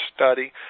study